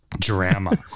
Drama